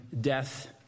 death